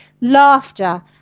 laughter